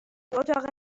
اتاق